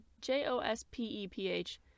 J-O-S-P-E-P-H